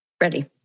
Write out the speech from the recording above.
ready